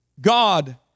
God